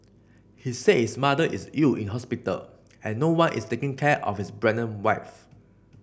he said his mother is ill in hospital and no one is taking care of his pregnant wife